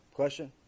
question